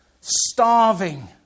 starving